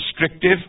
restrictive